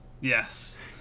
Yes